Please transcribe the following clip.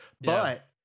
But-